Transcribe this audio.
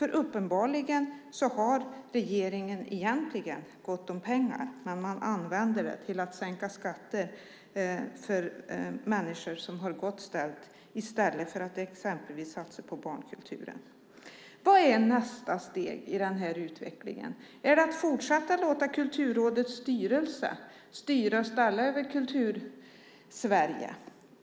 Regeringen har uppenbarligen egentligen gott om pengar, men man använder dem till att sänka skatter för människor som har det gott ställt i stället för att exempelvis satsa på barnkulturen. Vad är nästa steg i den här utvecklingen? Är det att fortsätta att låta Kulturrådets styrelse styra och ställa över Kultur-Sverige.